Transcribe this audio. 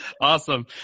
Awesome